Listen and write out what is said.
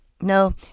No